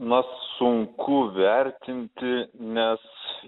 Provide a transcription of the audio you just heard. na sunku vertinti nes